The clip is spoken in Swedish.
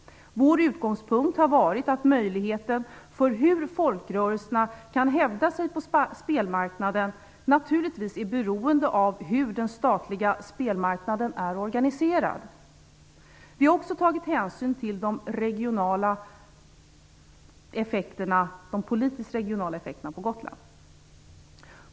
Vår utgångspunkt har varit att folkrörelsernas möjligheter att hävda sig på spelmarknaden naturligtvis är beroende av hur den statliga spelmarknaden är organiserad. Vi har också tagit hänsyn till de regionalpolitiska effekterna på Gotland.